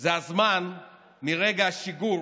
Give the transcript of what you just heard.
זה הזמן מרגע השיגור